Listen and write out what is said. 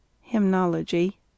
hymnology